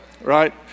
right